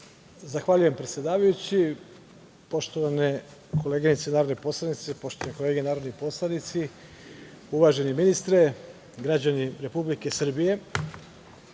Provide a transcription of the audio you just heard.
Zahvaljujem predsedavajući. Poštovane koleginice narodni poslanice, poštovane kolege narodni poslanici, uvaženi ministre, građani Republike Srbije,